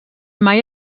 mai